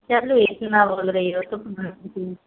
चलो एक ही बार बोल रही हो तुम